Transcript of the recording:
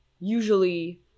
usually